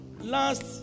last